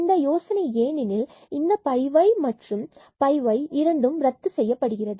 இந்த யோசனை ஏனெனில் இந்த y மற்றும் y இரண்டும் ரத்து செய்யப்படுகிறது